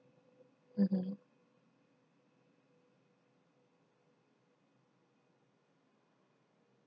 mmhmm